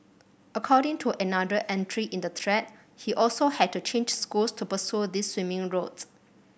according to another entry in the thread he also had to change schools to pursue this swimming routes